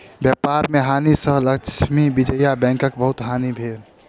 व्यापार में हानि सँ लक्ष्मी विजया बैंकक बहुत हानि भेल